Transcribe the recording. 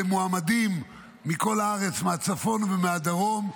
למועמדים מכל הארץ, מהצפון ומהדרום,